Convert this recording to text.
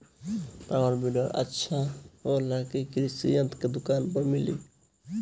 Power weeder अच्छा होला यह कृषि यंत्र के दुकान पर मिली?